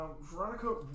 Veronica